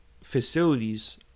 facilities